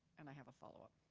and i have a follow up.